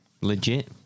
Legit